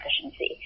efficiency